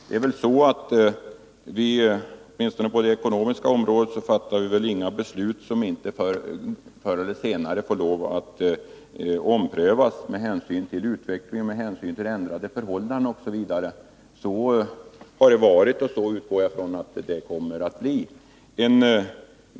Det är väl så att vi åtminstone på det ekonomiska området inte fattar några beslut som inte förr eller senare får lov att omprövas med hänsyn till utvecklingen och med hänsyn till ändrade förhållanden, osv. Så har det varit, och så utgår jag från att det kommer att bli.